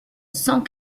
cent